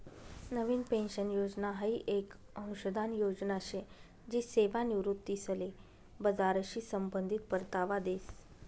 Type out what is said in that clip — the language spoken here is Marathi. नवीन पेन्शन योजना हाई येक अंशदान योजना शे जी सेवानिवृत्तीसले बजारशी संबंधित परतावा देस